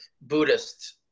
Buddhist